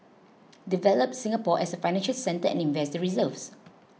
develop Singapore as a financial centre and invest the reserves